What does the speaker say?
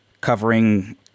covering